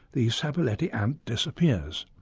the sabuleti ant disappears.